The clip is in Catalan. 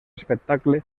espectacle